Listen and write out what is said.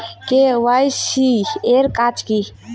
KYC এর কাজ কি?